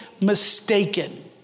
mistaken